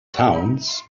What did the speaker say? towns